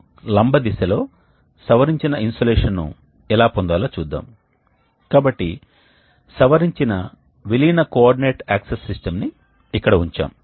కాబట్టి ఇది వేడి వాయువు మార్గం మరియు ఇది చల్లని వాయువు మార్గం అని మీరు చూడవచ్చు కానీ తిరిగే హుడ్ లేదా భ్రమణత్వమురోటరీ హుడ్ ఉంటుంది